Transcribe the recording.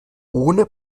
ohne